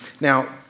Now